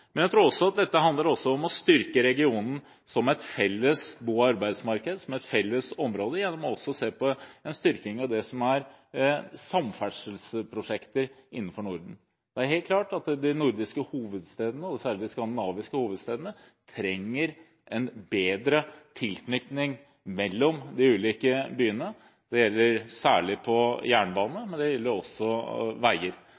Jeg tror også at dette handler om å styrke regionen som et felles bo- og arbeidsmarked og som et felles område gjennom også å se på en styrking av samferdselsprosjekter innenfor Norden. Det er helt klart at de nordiske hovedstedene, og særlig de skandinaviske hovedstedene, trenger en bedre tilknytning mellom de ulike byene. Det gjelder særlig på jernbane, men det gjelder også veier.